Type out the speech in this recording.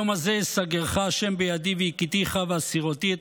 היום הזה יְסַגֶּרְךָ ה' בידי והכיתִךָ וַהֲסִרֹתִי את